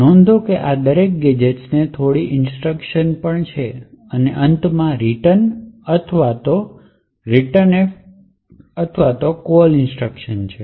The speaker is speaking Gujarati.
નોંધો કે આ દરેક ગેજેટ્સ ની થોડી ઇન્સટ્રકશન ઓ છે અને અંતમાં return અથવા returnf અથવા કોલ ઇન્સટ્રકશન છે